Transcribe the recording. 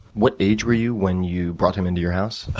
what age were you when you brought him into your house?